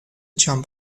jump